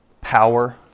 Power